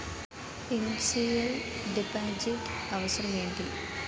Initial deposit అవసరం ఏమిటి?